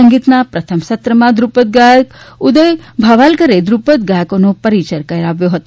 સંગીતના પ્રથમ સત્રમાં દ્રુપદ ગાયક ઉદય ભવાલકરે દ્રુપદ ગાયકોનો પરિચય કરાયો હતો